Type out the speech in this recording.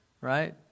Right